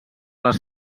les